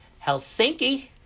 Helsinki